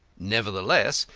nevertheless,